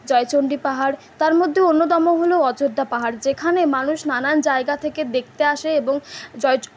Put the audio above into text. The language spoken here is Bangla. জয়চন্ডী পাহাড় তার মধ্যে অন্যতম হল অযোধ্যা পাহাড় যেখানে মানুষ নানান জায়গা থেকে দেখতে আসে এবং জয়চণ্ডী